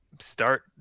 start